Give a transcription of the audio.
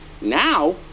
Now